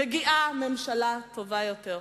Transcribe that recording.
מגיעה ממשלה טובה יותר.